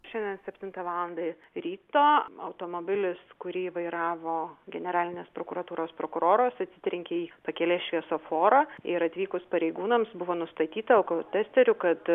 šiandien septintą valandą ryto automobilis kurį vairavo generalinės prokuratūros prokuroras atsitrenkė į pakelės šviesoforą ir atvykus pareigūnams buvo nustatyta alkotesteriu kad